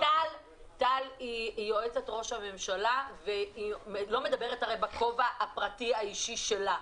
טל היא יועצת ראש הממשלה והיא לא מדברת בכובע הפרטי והאישי שלה.